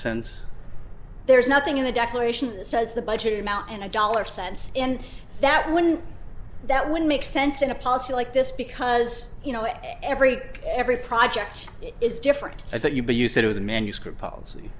since there is nothing in the declaration it says the budget amount in a dollar sense in that one that would make sense in a policy like this because you know every every project is different i thought you but you said it was a manuscript policy